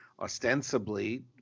ostensibly